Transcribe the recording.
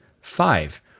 five